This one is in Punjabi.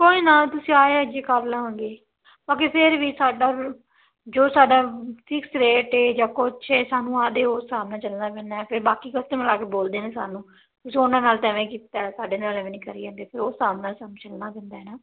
ਕੋਈ ਨਾ ਤੁਸੀਂ ਆਏ ਜੀ ਕਰ ਲਵਾਂਗੇ ਬਾਕੀ ਫਿਰ ਵੀ ਸਾਡਾ ਜੋ ਸਾਡਾ ਫਿਕਸ ਰੇਟ ਹੈ ਜਾਂ ਕੁਛ ਹੈ ਸਾਨੂੰ ਆਦੇ ਉਸ ਹਿਸਾਬ ਨਾਲ ਚੱਲਣਾ ਪੈਂਦਾ ਫਿਰ ਬਾਕੀ ਕਸਟਮਰ ਆ ਕੇ ਬੋਲਦੇ ਨੇ ਸਾਨੂੰ ਤੁਸੀਂ ਉਹਨਾਂ ਨਾਲ ਤਾਂ ਐਵੇਂ ਕੀਤਾ ਸਾਡੇ ਨਾਲ ਐਵੇਂ ਨਹੀਂ ਕਰੀ ਜਾਂਦੇ ਫਿਰ ਉਹ ਹਿਸਾਬ ਨਾਲ ਸਾਨੂੰ ਚੱਲਣਾ ਪੈਂਦਾ ਹੈ ਨਾ